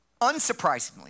Unsurprisingly